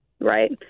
right